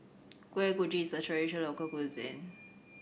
Kuih Kochi is a traditional local cuisine